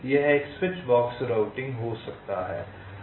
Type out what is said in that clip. यह एक switch box routing हो सकता है